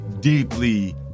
deeply